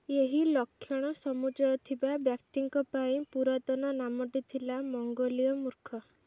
ଏହି ଲକ୍ଷଣ ସମୁଚ୍ଚୟ ଥିବା ବ୍ୟକ୍ତିଙ୍କ ପାଇଁ ପୁରାତନ ନାମଟି ଥିଲା ମଙ୍ଗୋଲୀୟ ମୂର୍ଖ